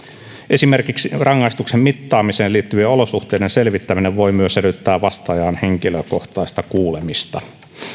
esimerkiksi rangaistuksen mittaamiseen liittyvien olosuhteiden selvittäminen voi myös edellyttää vastaajan henkilökohtaista kuulemista